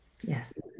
Yes